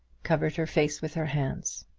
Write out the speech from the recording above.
covered her face with her hands.